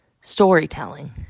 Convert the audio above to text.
storytelling